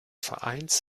vereins